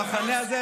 המחנה הזה,